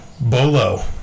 Bolo